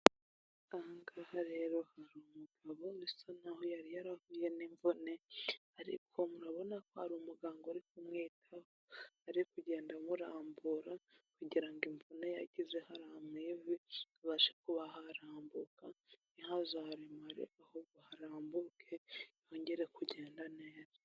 Aha rero hari umugabo usa n'aho yari yarahuye n'imvune, ariko murabona ko hari umuganga uri kumwitaho. Ari kugenda amurambura kugira ngo imvune yageze hariya mu ivi ibashe kuba harambuka ntihazaremare ahubwo harambuke yongere kugenda neza.